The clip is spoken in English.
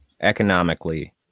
economically